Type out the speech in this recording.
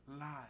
lie